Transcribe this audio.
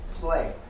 play